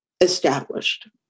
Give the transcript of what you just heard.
established